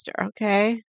Okay